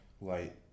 Light